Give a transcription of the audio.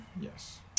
Yes